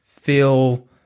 feel